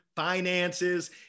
Finances